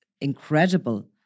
incredible